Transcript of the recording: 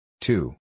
Two